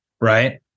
right